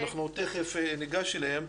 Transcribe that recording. תכף ניגש אליהן.